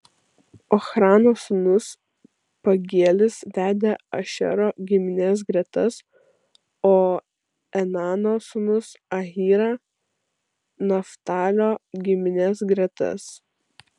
ochrano sūnus pagielis vedė ašero giminės gretas o enano sūnus ahyra naftalio giminės gretas